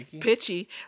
pitchy